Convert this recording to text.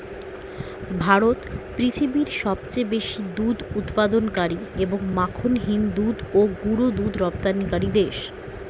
ভারত পৃথিবীর সবচেয়ে বেশি দুধ উৎপাদনকারী এবং মাখনহীন দুধ ও গুঁড়ো দুধ রপ্তানিকারী দেশ